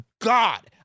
God